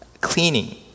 cleaning